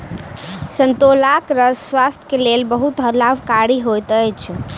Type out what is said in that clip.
संतोलाक रस स्वास्थ्यक लेल बहुत लाभकारी होइत अछि